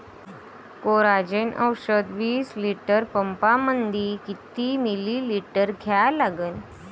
Coragen औषध विस litre पंपामंदी किती मिलीमिटर घ्या लागन?